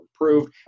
improve